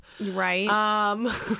Right